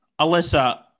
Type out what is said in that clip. Alyssa